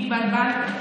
התבלבלת.